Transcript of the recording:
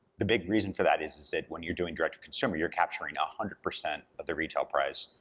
the big reason for that is is that when you're doing direct to consumer, you're capturing a hundred percent of the retail price,